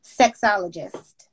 sexologist